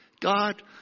God